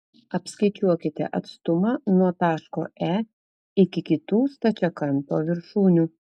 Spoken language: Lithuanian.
apskaičiuokite atstumą nuo taško e iki kitų stačiakampio viršūnių